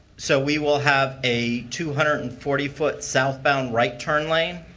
so we will have a two hundred and forty foot southbound, right. turn lane.